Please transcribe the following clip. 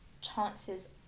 chances